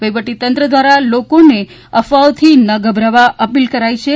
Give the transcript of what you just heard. વહીવટીતંત્ર દ્વારા લોકોને અફવાઓથી ન ગભરાવવા અપીલ કરી છે